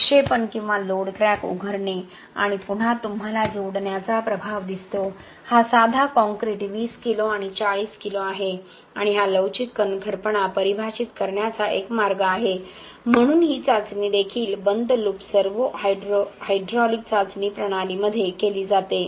विक्षेपण किंवा load crack उघडणे आणि पुन्हा तुम्हाला जोडण्याचा प्रभाव दिसतो हा साधा काँक्रीट 20 किलो आणि 40 किलो आहे आणि हा लवचिक कणखरपणा परिभाषित करण्याचा एक मार्ग आहे म्हणून ही चाचणी देखील बंद लूप सर्वोहायड्रॉलिक चाचणी प्रणालीमध्ये केली जाते